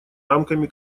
рамками